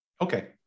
Okay